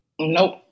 Nope